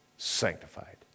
sanctified